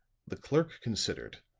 the clerk considered.